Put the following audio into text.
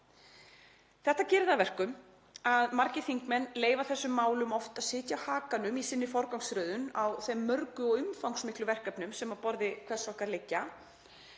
Þetta gerir það að verkum að margir þingmenn leyfa þessum málum oft að sitja á hakanum í forgangsröðun sinni á þeim mörgu og umfangsmiklu verkefnum sem liggja á borði hvers okkar.